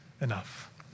enough